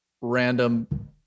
random